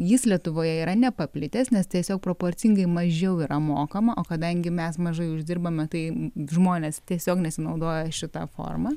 jis lietuvoje yra nepaplitęs nes tiesiog proporcingai mažiau yra mokama o kadangi mes mažai uždirbame tai žmonės tiesiog nesinaudoja šita forma